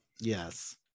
Yes